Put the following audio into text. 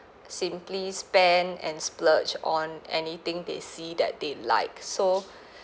simply spend and splurge on anything they see that they like so